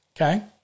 okay